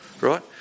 right